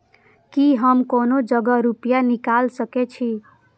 की हम कोनो जगह रूपया निकाल सके छी?